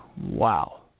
Wow